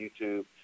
YouTube